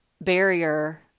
barrier